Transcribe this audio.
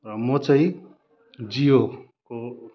र म चाहिँ जियोको